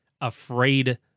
afraid